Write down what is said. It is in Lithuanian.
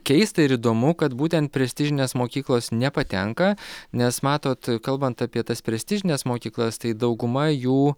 keista ir įdomu kad būtent prestižinės mokyklos nepatenka nes matot kalbant apie tas prestižines mokyklas tai dauguma jų